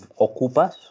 ocupas